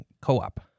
co-op